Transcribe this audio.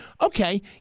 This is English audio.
Okay